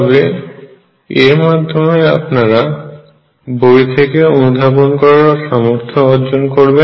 তবে এর মাধ্যমে আপনারা বই থেকে অনুধাবন করার সামর্থ্য অর্জন করবেন